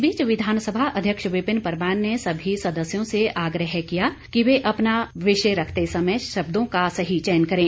इस बीच विधानसभा अध्यक्ष विपिन परमार ने सभी सदस्यों से आग्रह किया कि वे अपना विषय रखते समय शब्दों का सही चयन करें